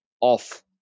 off